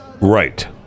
Right